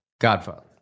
Godfather